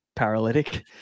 Paralytic